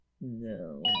no